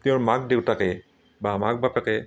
তেওঁৰ মাক দেউতাকে বা মাক বাপেকে